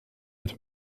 het